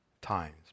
times